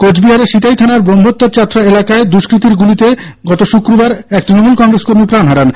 কোচবিহারের সিতাই থানার ব্রহ্মত্বরচাত্রা এলাকায় দুষ্কৃতীর গুলিতে এক তৃণমূল কংগ্রেস কর্মী প্রাণ হারান